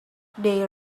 they